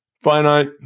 finite